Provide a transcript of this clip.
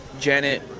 Janet